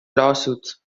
lawsuits